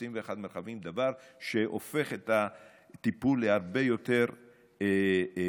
21 מרחבים, דבר שהופך את הטיפול להרבה יותר נגיש.